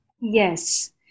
Yes